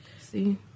See